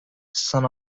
son